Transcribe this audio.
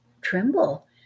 tremble